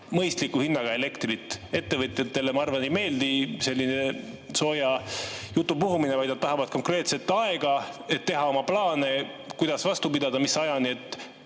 mõistliku hinnaga elektrit? Ettevõtjatele, ma arvan, ei meeldi selline sooja jutu puhumine. Nad tahavad konkreetset aega, et teha oma plaane, kuidas vastu pidada. Teil kindlasti